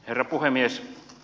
herra puhemies